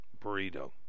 burrito